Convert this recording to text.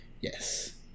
Yes